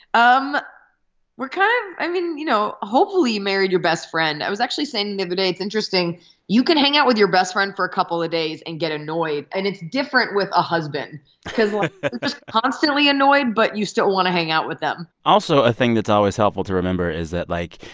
um we're kind of i mean, you know, hopefully, you married your best friend. i was actually saying the other day it's interesting you can hang out with your best friend for a couple of days and get annoyed. and it's different with a husband because, like, you're just constantly annoyed, but you still want to hang out with them also, a thing that's always helpful to remember is that, like,